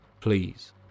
Please